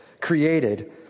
created